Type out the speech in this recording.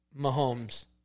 Mahomes